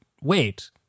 wait